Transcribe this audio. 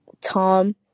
Tom